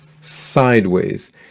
sideways